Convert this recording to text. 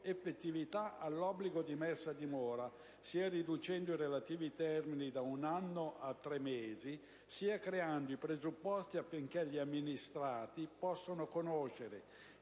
effettività all'obbligo di messa a dimora sia riducendo i relativi termini da un anno a tre mesi, sia creando i presupposti affinché gli amministrati possano conoscere